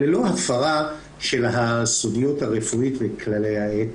ללא הפרה של הסודיות הרפואית וכללי האתיקה.